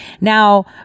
Now